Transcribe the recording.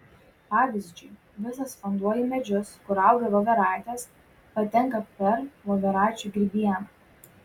pavyzdžiui visas vanduo į medžius kur auga voveraitės patenka per voveraičių grybieną